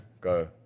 Go